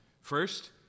First